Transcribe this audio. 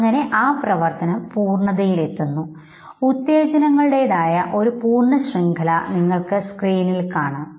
അങ്ങനെ ആ പ്രവർത്തനം പൂർണ്ണതയിൽ എത്തുന്നു ഉത്തേജനങ്ങളുടെതായ ഒരു പൂർണ്ണ ശൃംഖല നിങ്ങൾക്ക് സ്ക്രീനിൽ കാണാം